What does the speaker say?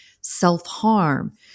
self-harm